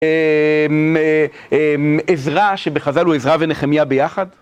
עזרא שבחז"ל הוא עזרא ונחמיה ביחד?